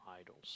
idols